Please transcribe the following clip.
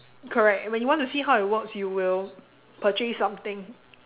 correct and when you want to see how it works you will purchase something